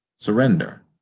Surrender